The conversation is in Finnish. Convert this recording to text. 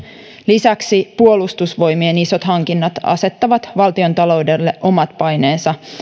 lisäksi puolustusvoimien isot hankinnat asettavat valtiontaloudelle omat paineensa